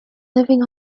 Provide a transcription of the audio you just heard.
living